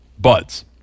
buds